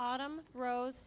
autumn rose